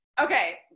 okay